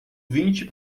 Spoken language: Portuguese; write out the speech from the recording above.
vinte